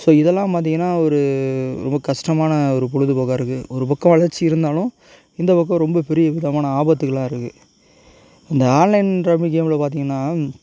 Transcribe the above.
so இதெல்லாம் பார்த்திங்கனா ஒரு ரொம்ப கஷ்டமான ஒரு பொழுதுபோக்காக இருக்கு ஒரு பக்கம் வளர்ச்சி இருந்தாலும் இந்தப் பக்கம் ரொம்ப பெரிய விதமான ஆபத்துகளாக இருக்கு இந்த ஆன்லைன் ரம்மி கேம்ல பார்த்திங்கனா